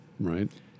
Right